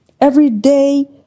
everyday